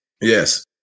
yes